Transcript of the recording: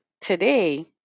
Today